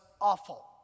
awful